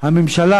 הממשלה,